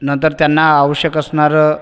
नंतर त्यांना आवश्यक असणारं